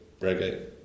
reggae